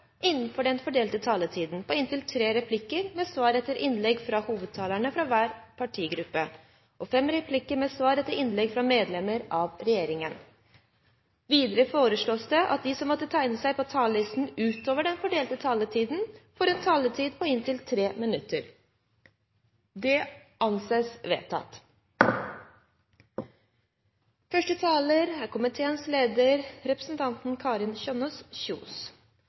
på inntil tre replikker med svar etter innlegg fra hovedtalerne fra hver partigruppe og inntil fem replikker med svar etter innlegg fra medlem av regjeringen innenfor den fordelte taletid. Videre foreslås det at de som måtte tegne seg på talerlisten utover den fordelte taletid, får en taletid på inntil 3 minutter. – Det anses vedtatt.